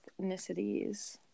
ethnicities